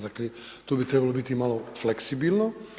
Dakle, tu bi trebalo biti malo fleksibilno.